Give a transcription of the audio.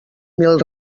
mil